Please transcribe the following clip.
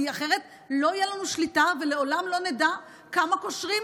כי אחרת לא תהיה לנו שליטה ולעולם לא נדע כמה קושרים,